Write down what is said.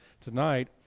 tonight